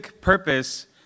purpose